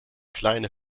kleine